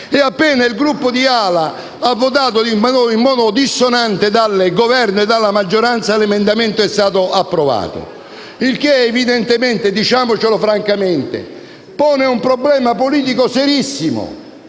e appena il Gruppo di AL-A ha votato in modo dissonante dal Governo e dalla maggioranza l'emendamento è stato approvato. Il che, evidentemente, diciamocelo francamente, pone un problema politico serissimo: